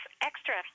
extra